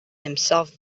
himself